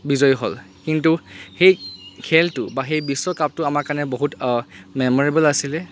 বিজয় হ'ল কিন্তু সেই খেলটো বা সেই বিশ্বকাপটো আমাৰ কাৰণে বহুত মেম'ৰেবল আছিলে